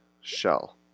shell